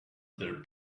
their